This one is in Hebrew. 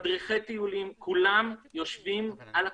מדריכי טיולים כולם יושבים על הקצה.